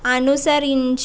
అనుసరించు